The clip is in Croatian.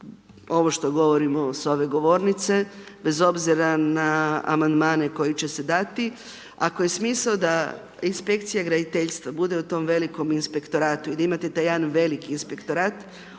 ovo što govorim s ove govornice, bez obzira na Amandmani koji će se dati, ako je smisao da Inspekcija graditeljstva bude u tome velikome Inspektoratu i da imate taj jedan veliki Inspektorat,